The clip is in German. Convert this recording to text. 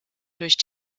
durch